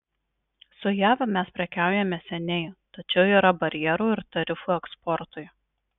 su jav mes prekiaujame seniai tačiau yra barjerų ir tarifų eksportui